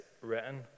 written